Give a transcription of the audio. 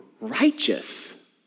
righteous